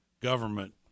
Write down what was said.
government